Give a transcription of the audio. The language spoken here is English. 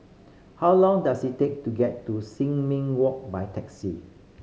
how long does it take to get to Sin Ming Walk by taxi